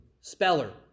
speller